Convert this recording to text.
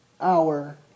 hour